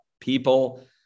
people